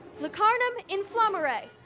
lacarnum inflammarae.